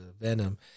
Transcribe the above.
venom